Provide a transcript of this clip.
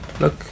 Look